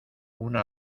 una